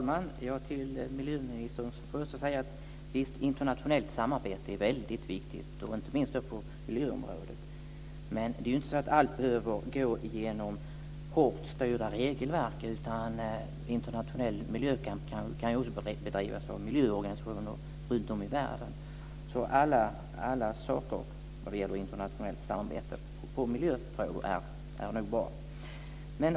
Fru talman! Visst är internationellt samarbete väldigt viktigt, miljöministern, inte minst på miljöområdet. Men allt behöver ju inte gå genom hårt styrda regelverk. Internationell miljökamp kan ju också bedrivas av miljöorganisationer runtom i världen. Allt slags internationellt samarbete i miljöfrågor är nog bra.